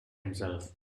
himself